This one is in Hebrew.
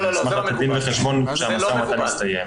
ונשמח תת דין וחשבון כשהמשא ומתן יסתיים.